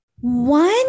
One